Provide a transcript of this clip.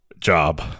job